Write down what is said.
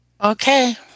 Okay